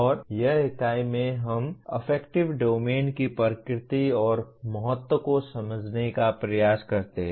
और यह इकाई में हम अफेक्टिव डोमेन की प्रकृति और महत्व को समझने का प्रयास करते हैं